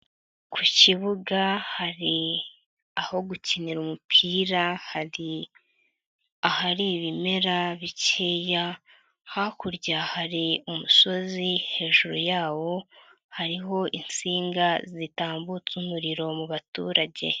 Ku kibuga hari aho gukinira umupira, hari ahari ibimera bikeya, hakurya hari umusozi hejuru yawo hariho insinga zitambutsa umuriro mu baturage.